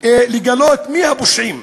לגלות מי הפושעים,